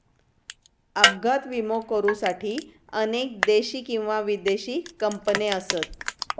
अपघात विमो करुसाठी अनेक देशी किंवा विदेशी कंपने असत